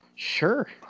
Sure